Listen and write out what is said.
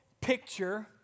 picture